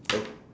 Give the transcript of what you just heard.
oh